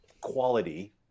quality